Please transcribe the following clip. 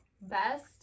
best